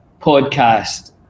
podcast